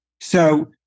So-